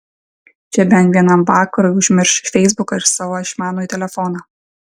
čia bent vienam vakarui užmiršk feisbuką ir savo išmanųjį telefoną